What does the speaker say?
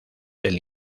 del